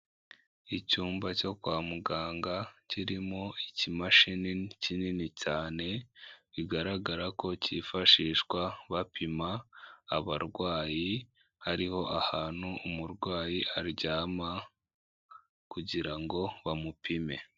Icyumba cyo kwa muganga kirimo ikimashini kinini cyane bigaragara ko cyifashishwa bapima abarwayi hariho ahantu umurwayi aryama kugira ngo bamupime.